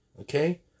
okay